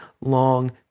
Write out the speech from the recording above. long